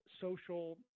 social